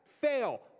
Fail